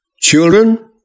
Children